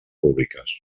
públiques